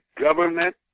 government